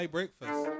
breakfast